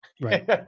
Right